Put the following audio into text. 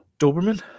Doberman